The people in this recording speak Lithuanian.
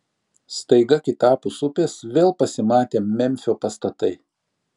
staiga kitapus upės vėl pasimatė memfio pastatai